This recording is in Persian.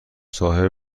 صاحب